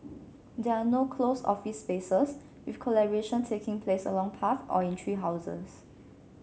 there are no closed office spaces with collaboration taking place along paths or in tree houses